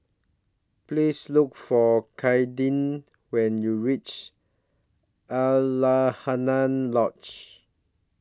Please Look For Kayden when YOU REACH Alaunia Lodge